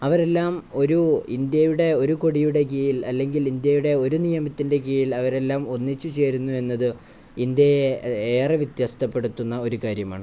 അവരെല്ലാം ഒരു ഇന്ത്യയുടെ ഒരു കൊടിയുടെ കീഴിൽ അല്ലെങ്കിൽ ഇന്ത്യയുടെ ഒരു നിയമത്തിൻ്റെ കീഴിൽ അവരെല്ലാം ഒന്നിച്ചുചേരുന്നു എന്നത് ഇന്ത്യയെ ഏറെ വ്യത്യസ്തപ്പെടുത്തുന്ന ഒരു കാര്യമാണ്